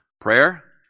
Prayer